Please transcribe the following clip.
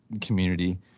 community